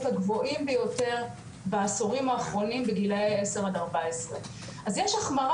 הגבוהים ביותר בעשורים האחרונים בגילאי עשר עד 14. אז יש החמרה